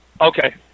Okay